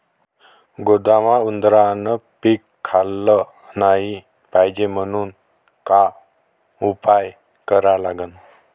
गोदामात उंदरायनं पीक खाल्लं नाही पायजे म्हनून का उपाय करा लागन?